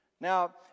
Now